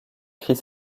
christ